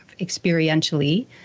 experientially